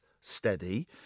steady